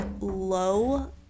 low